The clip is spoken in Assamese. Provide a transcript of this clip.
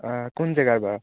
অঁ কোন জেগাৰ বাৰু